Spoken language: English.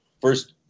first